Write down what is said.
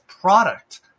product